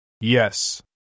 Yes